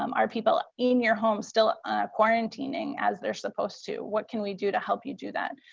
um are people ah in your home still quarantining as they're supposed to, what can we do to help you do that?